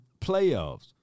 playoffs